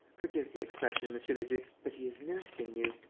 forgive the expression, monsieur le duc, but he is nursing you.